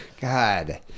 God